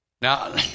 Now